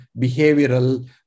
behavioral